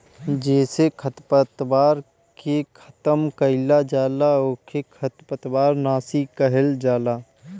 जेसे खरपतवार के खतम कइल जाला ओके खरपतवार नाशी कहल जाला